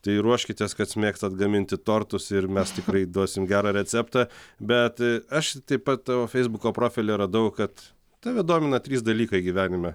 tai ruoškitės kas mėgstat gaminti tortus ir mes tikrai duosim gerą receptą bet aš taip pat tavo feisbuko profilyje radau kad tave domina trys dalykai gyvenime